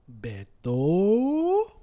Beto